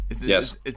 Yes